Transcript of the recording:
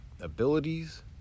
abilities